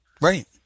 Right